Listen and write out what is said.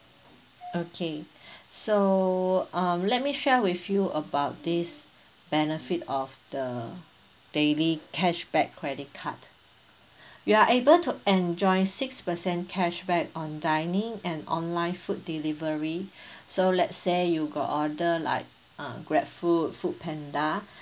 okay so um let me share with you about this benefit of the daily cashback credit card you are able to enjoy six percent cashback on dining and online food delivery so let's say you got order like uh grab food food panda